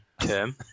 term